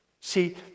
See